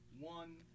one